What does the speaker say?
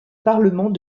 parlement